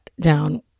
down